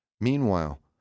Meanwhile